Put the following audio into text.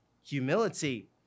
humility